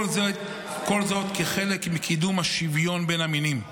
כל זאת כחלק מקידום השוויון בין המינים.